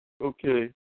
Okay